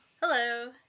Hello